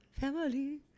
Family